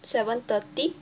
seven thirty